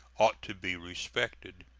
ought to be respected.